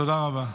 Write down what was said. תודה רבה.